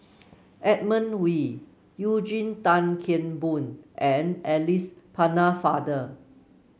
Edmund Wee Eugene Tan Kheng Boon and Alice Pennefather